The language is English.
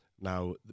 Now